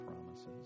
promises